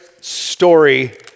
story